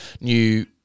new